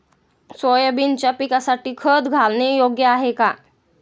सोयाबीनच्या पिकासाठी खत घालणे योग्य आहे का?